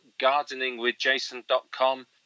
gardeningwithjason.com